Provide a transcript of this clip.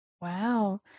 Wow